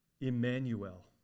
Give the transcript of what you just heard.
Emmanuel